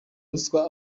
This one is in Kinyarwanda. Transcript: ruswa